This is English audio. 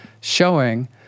showing